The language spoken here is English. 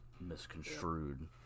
misconstrued